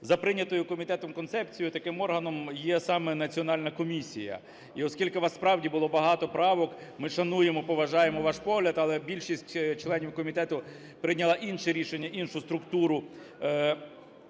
За прийнятою комітетом концепцією таким органом є саме Національна комісія. І оскільки у вас, справді, було багато правок, ми шануємо і поважаємо ваш погляд. Але більшість членів комітету прийняла інше рішення, іншу структуру